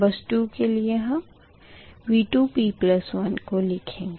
बस 2 के लिए अब हम V2p1 को लिखेंगे